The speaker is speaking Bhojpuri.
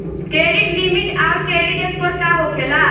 क्रेडिट लिमिट आउर क्रेडिट स्कोर का होखेला?